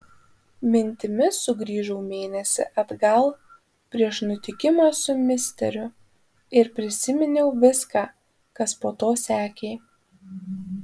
mintimis sugrįžau mėnesį atgal prieš nutikimą su misteriu ir prisiminiau viską kas po to sekė